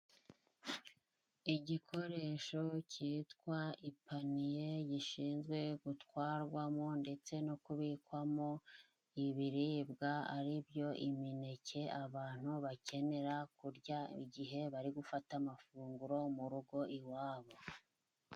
Igikoresho cyitwa ipaniye gishinzwe gutwarwamo ndetse no kubikwamo ibiribwa ari byo imineke, abantu bakenera kurya igihe bari gufata amafunguro mu rugo iwabo.